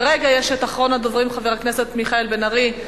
כרגע ישנו אחרון הדוברים, חבר הכנסת מיכאל בן-ארי.